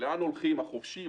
לאן הולכים החובשים,